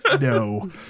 no